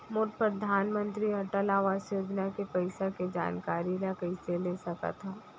मोर परधानमंतरी अटल आवास योजना के पइसा के जानकारी ल कइसे ले सकत हो?